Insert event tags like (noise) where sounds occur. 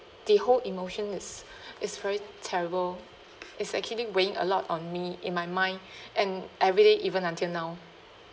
the whole emotion is (breath) is very terrible it's actually weighing a lot on me in my mind (breath) and everyday even until now